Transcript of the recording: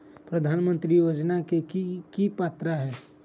प्रधानमंत्री योजना के की की पात्रता है?